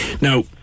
Now